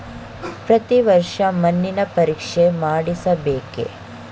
ಪ್ರತಿ ವರ್ಷ ಮಣ್ಣಿನ ಪರೀಕ್ಷೆ ಮಾಡಿಸಬೇಕೇ?